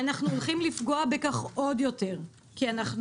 ואנחנו הולכים לפגוע בכך עוד יותר כי אנחנו